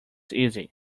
easy